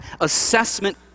assessment